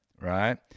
right